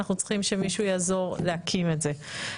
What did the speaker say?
אנחנו צריכים שמישהו יעזור להקים את זה.